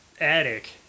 attic